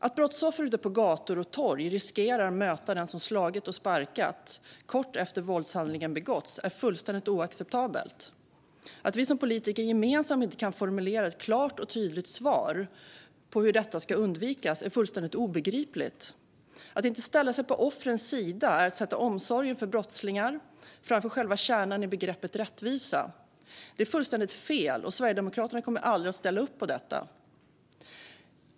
Att brottsoffer ute på gator och torg riskerar att möta den som slagit och sparkat kort efter att våldshandlingen begåtts är fullständigt oacceptabelt. Att vi som politiker gemensamt inte kan formulera ett klart och tydligt svar på hur detta ska undvikas är fullständigt obegripligt. Att inte ställa sig på offrens sida är att sätta omsorgen för brottslingar framför själva kärnan i begreppet rättvisa. Det är fullständigt fel, och Sverigedemokraterna kommer aldrig att ställa upp på detta.